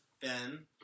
Ben